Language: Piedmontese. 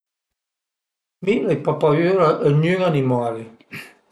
Mi l'ai pa paüra ëd gnün animali